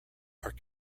are